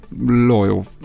loyal